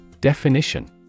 Definition